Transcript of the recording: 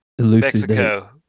Mexico